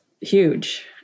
huge